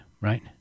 right